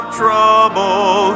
trouble